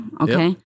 Okay